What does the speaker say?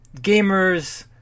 gamers